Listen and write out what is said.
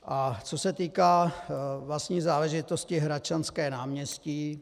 A co se týká vlastní záležitosti Hradčanské náměstí.